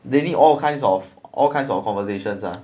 they need all kinds of all kinds of conversations lah